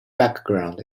background